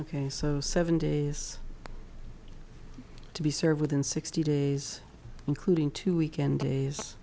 ok so seven days to be served within sixty days including two weekend